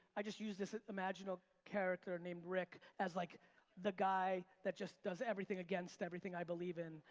i just use this imaginal character named rick, as like the guy that just does everything against everything i believe in.